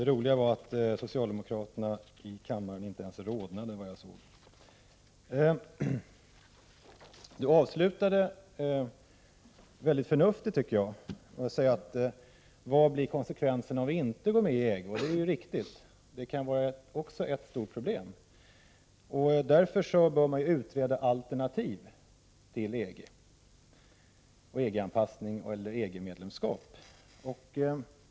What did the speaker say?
Det roliga var att jag inte ens kunde se att socialdemokraterna i kammaren rodnade. Statsrådet avslutade svaret mycket förnuftigt med att fråga vilka konsekvenser det blir om Sverige inte går med i EG. Det tycker jag är riktigt. Det kan också vara ett stort problem. Därför bör man utreda alternativ till EG, EG-anpassning och EG-medlemskap.